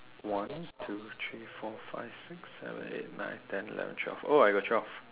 one two three four five six seven eight nine ten eleven twelve oh I got twelve